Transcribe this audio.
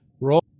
roll